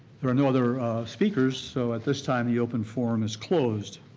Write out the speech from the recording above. there are no other speakers so at this time the open forum is closed.